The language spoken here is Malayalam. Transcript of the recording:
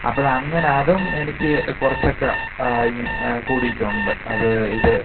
അപ്പോഴങ്ങനെ അതും എനിക്ക് കുറച്ചൊക്കെ കൂടിയിട്ടുണ്ട് അത് ഇത്